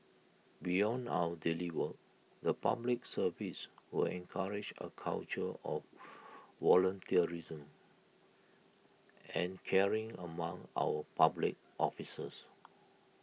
beyond our daily work the Public Service will encourage A culture of volunteerism and caring among our public officers